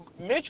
Mitch